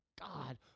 God